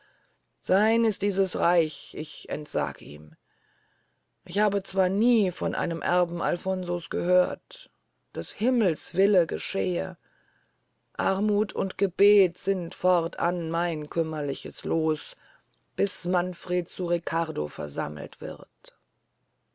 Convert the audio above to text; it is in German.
sein ist dieses reich ich entsag ihm ich habe zwar nie von einem erben alfonso's gehört des herrn wille geschehe armuth und gebet sind fortan mein kümmerlich loos bis manfred zu riccardo versammelt wird